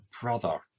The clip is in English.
brother